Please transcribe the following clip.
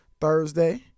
Thursday